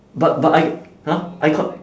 but but I !huh! I con~